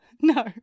No